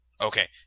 Okay